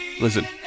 Listen